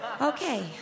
Okay